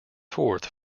forth